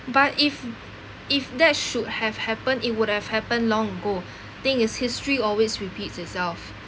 but if if that should have happened it would have happened long ago thing is history always repeats itself